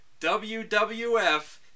WWF